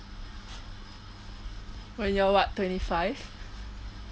when you are what twenty five